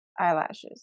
eyelashes